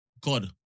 God